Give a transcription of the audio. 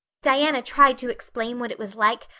diana tried to explain what it was like,